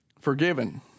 forgiven